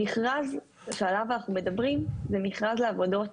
המכרז שעליו אנחנו מדברים זה מכרז לעבודות